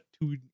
two